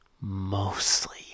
Mostly